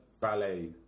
ballet